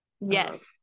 yes